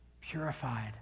purified